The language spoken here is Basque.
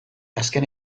azken